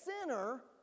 sinner